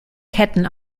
ketten